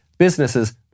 Businesses